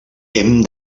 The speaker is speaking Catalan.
hem